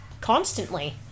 Constantly